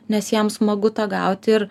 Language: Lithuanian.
nes jam smagu tą gauti ir